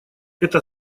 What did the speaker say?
это